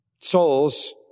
souls